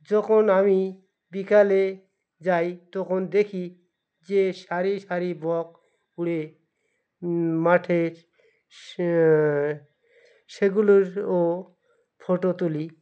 যখন আমি বিকালে যাই তখন দেখি যে সারি সারি বক্স উড়ে মাঠের সেগুলোরও ফটো তুলি